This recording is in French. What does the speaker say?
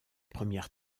premières